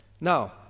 Now